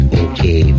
okay